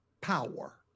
power